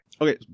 Okay